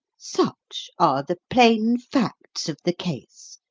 such are the plain facts of the case,